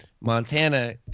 Montana